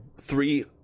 three